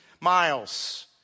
miles